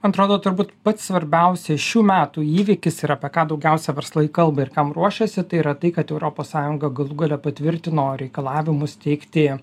man atrodo turbūt pats svarbiausias šių metų įvykis ir apie ką daugiausia verslai kalba ir kam ruošiasi tai yra tai kad europos sąjunga galų gale patvirtino reikalavimus teikti